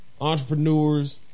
entrepreneurs